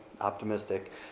optimistic